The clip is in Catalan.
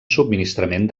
subministrament